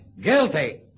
guilty